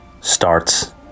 starts